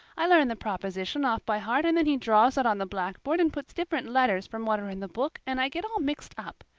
i learn the proposition off by heart and then he draws it on the blackboard and puts different letters from what are in the book and i get all mixed up.